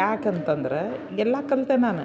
ಯಾಕಂತಂದ್ರೆ ಎಲ್ಲ ಕಲಿತೆ ನಾನು